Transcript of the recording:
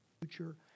future